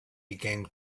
began